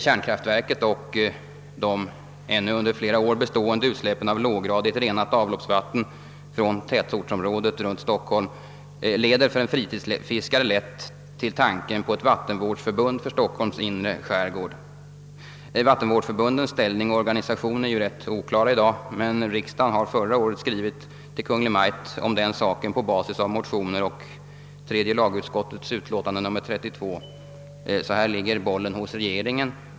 Kärnkraftverket och de ännu under flera år bestående utsläppen av låggradigt renat avloppsvatten från tätortsområdet runt Stockholm leder för en fritidsfiskare lätt till tanken på ett vattenvårdsförbund för Stockholms inre skärgård. Vattenvårdsförbundens ställning och organisation är rätt oklara i dag, men riksdagen har förra året skrivit till Kungl. Maj:t om den saken på basis av motioner och tredje lagutskottets utlåtande nr 32. Bollen ligger alltså nu hos regeringen.